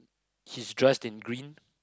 he's dressed in green